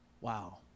Wow